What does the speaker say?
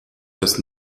das